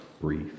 brief